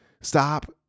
Stop